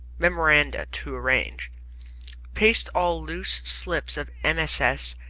memoranda, to arrange paste all loose slips of mss.